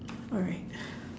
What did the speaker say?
alright